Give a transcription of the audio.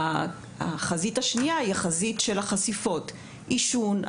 החזית השנייה היא החזית של החשיפות עישון,